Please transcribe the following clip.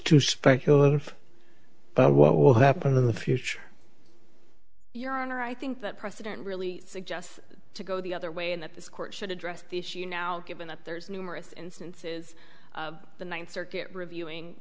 but what will happen in the future your honor i think that precedent really suggests to go the other way and that this court should address the issue now given that there's numerous instances of the ninth circuit reviewing